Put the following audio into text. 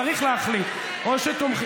צריך להחליט: או שתומכים,